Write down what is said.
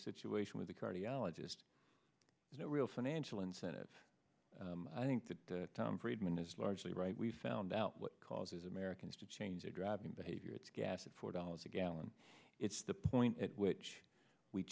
situation with the cardiologist there's no real financial incentive i think that tom friedman is largely right we've found out what causes americans to change their driving behavior it's gas at four dollars a gallon it's the point at which we